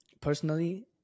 personally